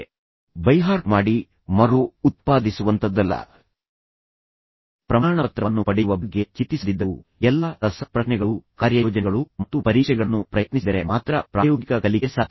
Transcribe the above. ಇದು ಕಂಠಪಾಠ ಮಾಡಿ ನಂತರ ಮರು ಉತ್ಪಾದಿಸುವಂತಲ್ಲ ನೀವು ಅನುಭವಿಸಬೇಕು ನೀವು ಪ್ರಮಾಣಪತ್ರವನ್ನು ಪಡೆಯುವ ಬಗ್ಗೆ ಚಿಂತಿಸದಿದ್ದರೂ ಸಹ ನೀವು ಎಲ್ಲಾ ರಸಪ್ರಶ್ನೆಗಳು ಕಾರ್ಯಯೋಜನೆಗಳು ಮತ್ತು ಪರೀಕ್ಷೆಗಳನ್ನು ಪ್ರಯತ್ನಿಸಿದರೆ ಮಾತ್ರ ಪ್ರಾಯೋಗಿಕ ಕಲಿಕೆ ಸಾಧ್ಯ